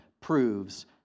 proves